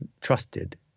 trusted